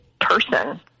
person